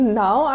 now